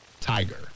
Tiger